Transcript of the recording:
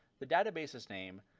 the database's name,